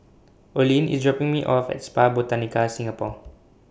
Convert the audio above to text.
Olene IS dropping Me off At Spa Botanica Singapore